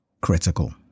critical